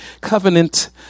covenant